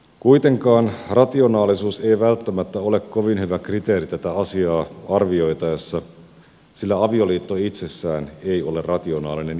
kuitenkaan rationaalisuus ei välttämättä ole kovin hyvä kriteeri tätä asiaa arvioitaessa sillä avioliitto itsessään ei ole rationaalinen järjestely